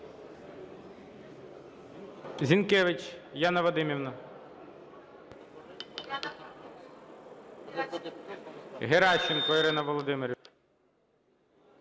Зінкевич Яна Вадимівна. Геращенко Ірина Володимирівна.